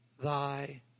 thy